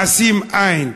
מעשים אין,